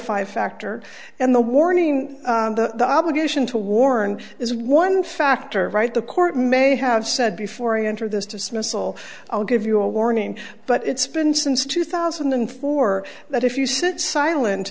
five factor and the warning the obligation to warn is one factor right the court may have said before you enter this dismissal i'll give you a warning but it's been since two thousand and four that if you sit silent